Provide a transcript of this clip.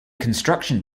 construction